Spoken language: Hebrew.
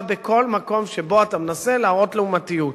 בכל מקום שבו אתה מנסה להראות לעומתיות.